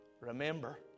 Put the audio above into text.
remember